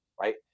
right